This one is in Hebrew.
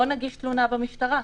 בוא נגיש תלונה במשטרה,